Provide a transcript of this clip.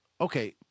Okay